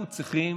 אנחנו צריכים